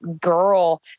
girl